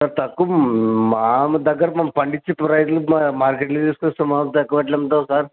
sir తక్కువ మా దగ్గర మేము పండించి రైతులు మా మార్కెట్లో తీసుకొస్తాము మాకు తక్కువ ఎట్ల అమ్ముతాము సార్